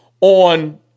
on